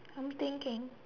I'm thinking